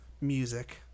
music